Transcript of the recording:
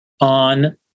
on